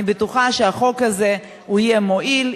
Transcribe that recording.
אני בטוחה שהחוק הזה יהיה מועיל,